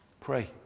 Pray